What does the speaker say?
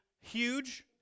huge